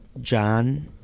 john